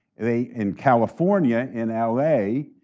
they, in california, in l a,